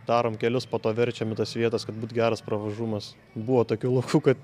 darom kelius po to verčiam į tas vietas kad būt geras pravažumas buvo tokiu laukų kad